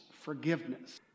forgiveness